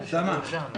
14:35.